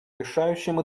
решающем